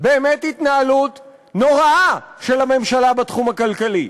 באמת התנהלות נוראה של הממשלה בתחום הכלכלי,